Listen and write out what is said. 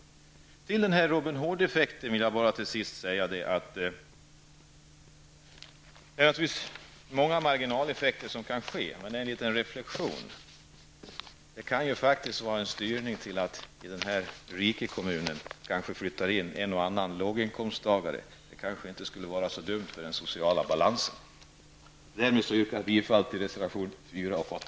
Till sist med anledning av Robin Hood-effekten vill jag säga att det naturligtvis kan bli många marginaleffekter men en liten reflektion: Det kan faktiskt vara en möjlighet till styrning att in i den rika kommunen flytta en och annan låginkomsttagare. Det kanske inte skulle vara så dumt med tanke på den sociala balansen. Därmed yrkar jag bifall till reservationerna 4 och 8.